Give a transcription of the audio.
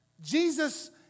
Jesus